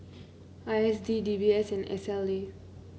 I S D D B S and S L A